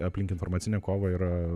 aplink informacinę kovą yra